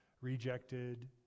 rejected